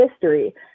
history